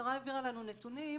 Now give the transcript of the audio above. המשטרה העבירה לנו נתונים